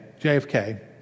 JFK